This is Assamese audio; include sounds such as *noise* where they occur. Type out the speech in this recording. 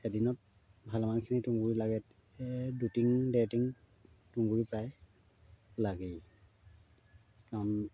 এদিনত ভালেমানখিনি তুঁহ গুৰি লাগে *unintelligible* দুটিং ডেৰটিং তুঁহ গুৰি প্ৰায় লাগেই কাৰণ